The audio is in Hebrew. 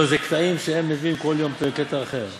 לא, זה קטעים שהם מביאים, כל יום קטע אחר.